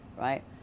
right